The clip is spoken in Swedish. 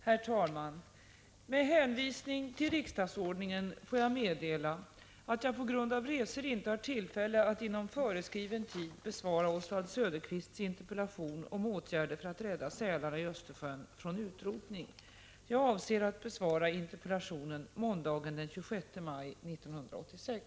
Herr talman! Med hänvisning till riksdagsordningen får jag meddela att jag på grund av resor inte har tillfälle att inom föreskriven tid besvara Oswald Söderqvists interpellation om åtgärder för att rädda sälarna i Östersjön från utrotning. Jag avser att besvara interpellationen måndagen den 26 maj 1986.